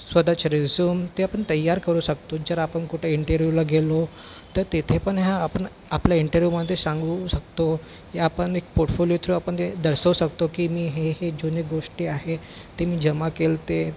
स्वत ते आपण तयार करू शकतो जर आपण कुठे इंटरव्यूला गेलो तर तेथे पण ह्या आपण आपल्या इंटरव्यूमध्ये सांगू शकतो ये आपण एक पोटफोलियो थ्रू आपण दे दर्शवू शकतो की मी हे हे जुने गोष्टी आहे ते मी जमा केले होते